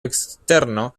externo